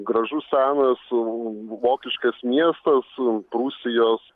gražus senas vokiškas miestas prūsijos